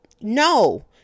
No